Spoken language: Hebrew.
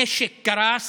המשק קרס.